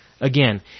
Again